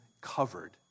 covered